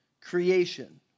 creation